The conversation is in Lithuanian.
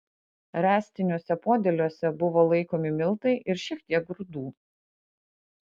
ręstiniuose podėliuose buvo laikomi miltai ir šiek tiek grūdų